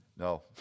No